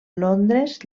londres